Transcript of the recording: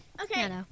Okay